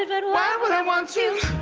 and and why would i want to?